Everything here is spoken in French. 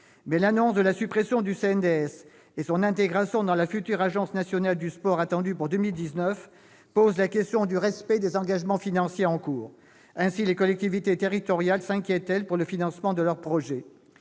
Mais l'annonce de la suppression du CNDS et son intégration dans la future agence nationale du sport, attendue pour 2019, posent la question du respect des engagements financiers en cours. Ainsi, les collectivités territoriales s'inquiètent pour le financement de leurs projets.